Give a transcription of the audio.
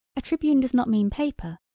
a tribune does not mean paper,